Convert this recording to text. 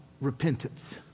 repentance